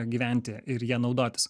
gyventi ir ja naudotis